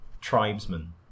tribesmen